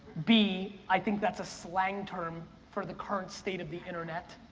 b, i think that's a slang term for the current state of the internet.